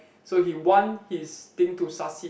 so he want his thing to succeed